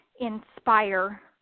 inspire